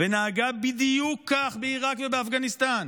ונהגה בדיוק כך בעיראק ובאפגניסטן?